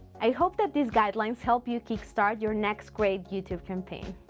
i hope that these guidelines help you kick start your next great youtube campaign.